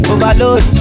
Overload